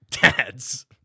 dads